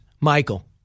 Michael